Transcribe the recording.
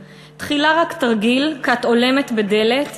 // תחילה רק תרגיל / קת הולמת בדלת /